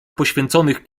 poświęconych